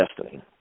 destiny